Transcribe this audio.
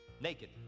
naked